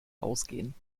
ausgehen